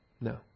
no